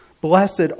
blessed